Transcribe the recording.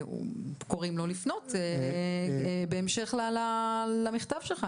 וקוראים לו לפנות בהמשך למכתב שלך.